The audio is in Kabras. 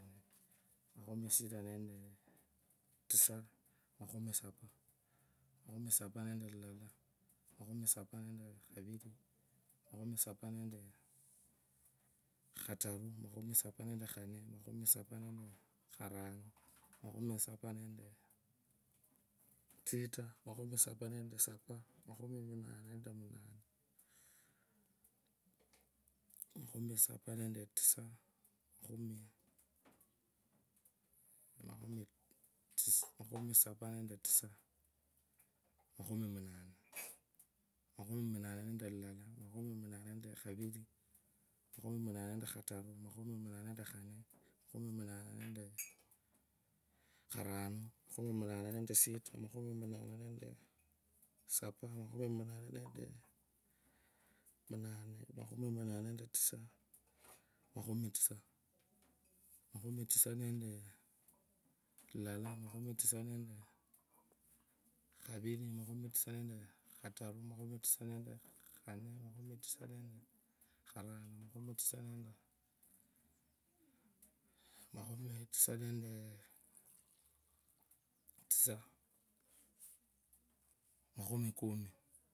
Makhumisita nendetsa makhumisapaa makhumi sapaa nende wala makhumi sapaa nende khauli makhumi sapaa nende khataru makhumisapaa nende kharamo mukhumisapaa nende sota makhumu supaa nende sapaa makhumisapaa nende munanee makhumisapaa nende tisa makhumisapaa tusii makhumimunane makhumi munane nende vala makhumi munane nende khataru makhumi murene ende khanee mukhumi mwanane nende khovane makhumi munane nende sita makhumi munane nende sapaa makhumi munane nende munane makhumi munane nende tisa makhumi tisa makhumi tisa nendee lilala makhumi tisa nende kuvuli nakhumitisa nende khatara makhumi tisa nendee khanee makhumitisa nende kharano makhumi tisa nende sita makhumi tisa nende sapaa makhumi tisa nende munane makhumi tisa nendee tisa makhami kumi.